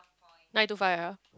nine to five ya